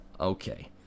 Okay